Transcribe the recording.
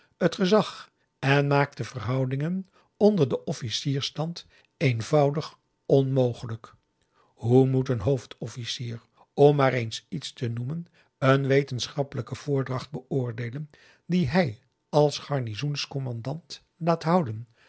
het gezag en maakt de verhoudingen onder den officiersstand eenvoudig onmogelijk hoe moet een hoofdofficier om maar eens iets te noemen een wetenschappelijke voordracht beoordeelen die hij als garnizoens commandant laat houden